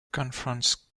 confronts